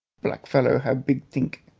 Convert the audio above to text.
black fellow hab big tink,